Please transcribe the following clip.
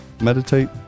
meditate